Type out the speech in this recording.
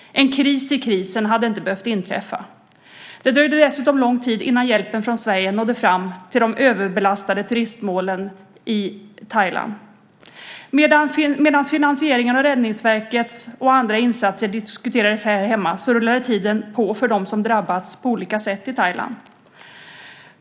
En kris i krisen hade inte behövt inträffa. Det dröjde dessutom lång tid innan hjälpen från Sverige nådde fram till de överbelastade turistmålen i Thailand. Medan finansieringen av Räddningsverkets och andras insatser diskuterades här hemma rullade tiden på för dem som drabbats på olika sätt i Thailand.